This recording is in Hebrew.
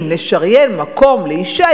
אם נשריין מקום לאשה,